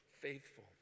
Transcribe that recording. faithful